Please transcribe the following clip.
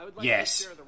Yes